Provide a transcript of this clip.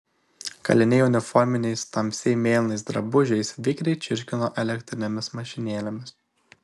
kaliniai uniforminiais tamsiai mėlynais drabužiais vikriai čirškino elektrinėmis mašinėlėmis